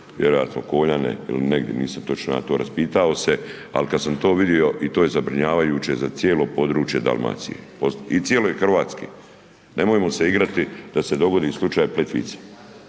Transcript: vjerojatno ili negdje, nisam ja točno to ja raspitao se ali kad sam to vidio i to je zabrinjavajuće za cijelo područje Dalmacije i cijele Hrvatske. Nemojmo se igrati da se dogodi slučaj Plitvica